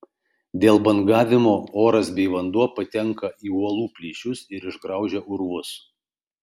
dėl bangavimo oras bei vanduo patenka į uolų plyšius ir išgraužia urvus